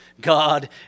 God